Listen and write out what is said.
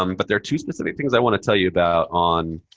um but there are two specific things i want to tell you about on